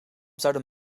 zouden